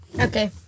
Okay